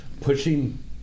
pushing